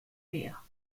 meer